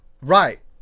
right